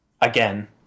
again